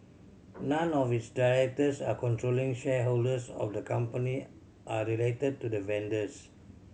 none of its directors or controlling shareholders of the company are related to the vendors